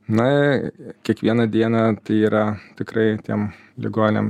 na kiekvieną dieną tai yra tikrai tiem ligoniam